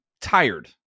tired